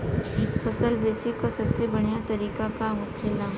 फसल बेचे का सबसे बढ़ियां तरीका का होखेला?